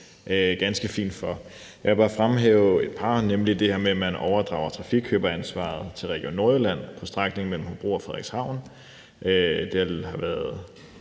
ganske fint for. Jeg vil bare fremhæve et par af dem. Bl.a. overdrager man trafikkøberansvaret til Region Nordjylland på strækningen mellem Hobro og Frederikshavn. Det synes